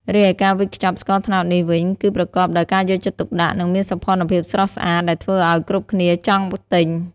រីឯការវេចខ្ចប់ស្ករត្នោតនេះវិញ គឺប្រកបដោយការយកចិត្តទុកដាក់ និងមានសោភ័ណភាពស្រស់ស្អាត ដែលធ្វើឱ្យគ្រប់គ្នាចង់ទិញ។